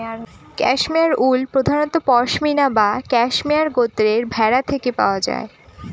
cashmere wool প্রধানত পসমিনা বা cashmere গোত্রের ভেড়া থেকে পাওয়া যায়